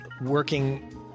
working